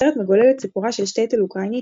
הסרט מגולל את סיפורה של שטעטל אוקראינית,